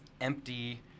Empty